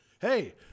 Hey